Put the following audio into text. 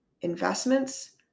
investments